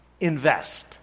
invest